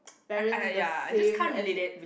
parents the same as in